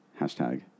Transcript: Hashtag